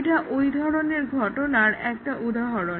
এটা এই ধরনের ঘটনার একটা উদাহরণ